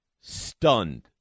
Stunned